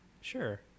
sure